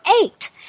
eight